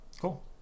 cool